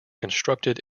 constructed